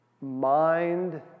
mind